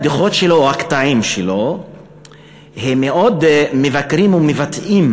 הבדיחות שלו או הקטעים שלו הם מאוד ביקורתיים ומבטאים